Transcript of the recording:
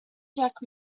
jack